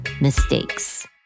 mistakes